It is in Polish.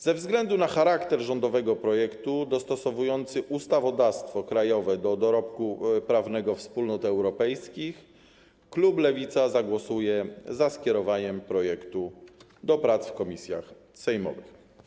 Ze względu na charakter rządowego projektu, dostosowujący ustawodawstwo krajowe do dorobku prawnego Wspólnot Europejskich, klub Lewica zagłosuje za skierowaniem projektu do prac w komisjach sejmowych.